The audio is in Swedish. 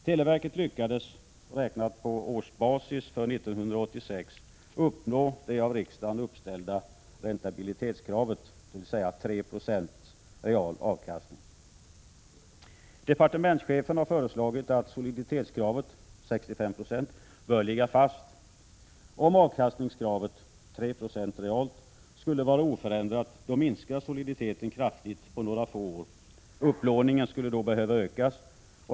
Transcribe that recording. Televerket lyckades, räknat på årsbasis för 1986, uppnå det av riksdagen uppställda räntabilitetskravet, dvs. 3 960 real avkastning. Departementschefen har föreslagit att soliditetskravet — 65 90 — bör ligga fast. Om avkastningskravet — 3 20 realt — skulle vara oförändrat, minskar soliditeten kraftigt på några få år. Upplåningen skulle då behöva ökas.